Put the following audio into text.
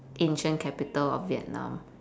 ancient capital of vietnam